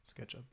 SketchUp